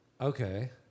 Okay